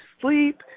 sleep